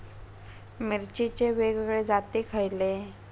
मिरचीचे वेगवेगळे जाती खयले?